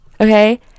okay